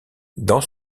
dans